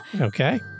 Okay